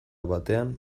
batean